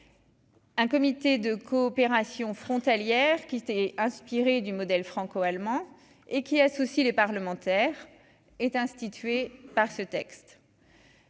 Un comité de coopération frontalière qui était inspirée du modèle franco-allemand et qui associe les parlementaires est instituée par ce texte.